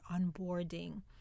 onboarding